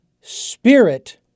spirit